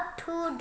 two